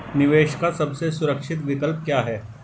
निवेश का सबसे सुरक्षित विकल्प क्या है?